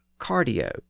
cardio